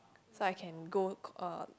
so I can go uh